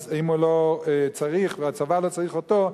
אז אם הוא לא צריך והצבא לא צריך אותו,